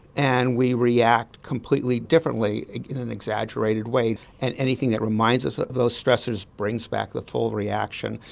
and we react completely differently in an exaggerated way and anything that reminds us of those stressors brings back the full reaction,